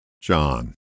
John